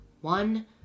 one